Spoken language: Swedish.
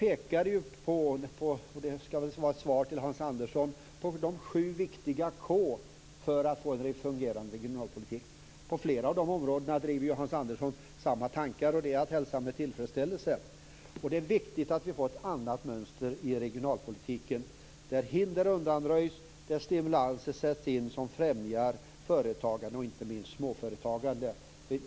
Ett svar till Hans Andersson är att jag pekade på sju viktiga k:n för att få en fungerande regionalpolitik. I flera av de avseendena driver ju Hans Andersson samma tankar, och det är att hälsa med tillfredsställelse. Det är också viktigt att vi får ett annat mönster i regionalpolitiken, där hinder undanröjs och där det sätts in stimulanser för att främja företagande, inte minst småföretagande.